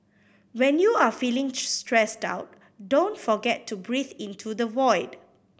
when you are feeling stressed out don't forget to breathe into the void